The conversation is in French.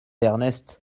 ernest